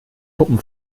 puppen